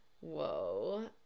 Whoa